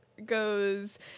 goes